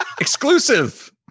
Exclusive